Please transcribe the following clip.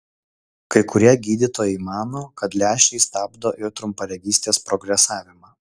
kai kurie gydytojai mano kad lęšiai stabdo ir trumparegystės progresavimą